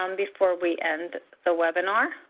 um before we end the webinar.